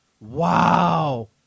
Wow